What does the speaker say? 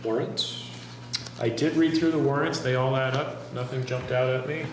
words i did read through the words they all add up nothing jumped out at me